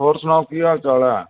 ਹੋਰ ਸੁਣਾਓ ਕੀ ਹਾਲ ਚਾਲ ਹੈ